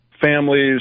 families